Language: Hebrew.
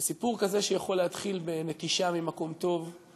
סיפור שיכול להתחיל בנטישה ממקום טוב,